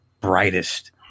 brightest